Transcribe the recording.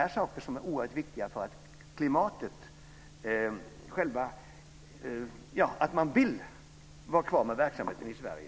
Dessa saker är oerhört viktiga för att man ska vilja vara kvar med verksamheten i Sverige.